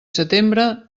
setembre